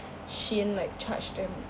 SHEIN like charged them